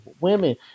Women